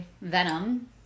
venom